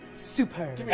Super